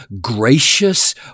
gracious